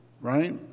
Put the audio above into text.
right